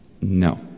No